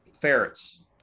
Ferrets